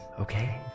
okay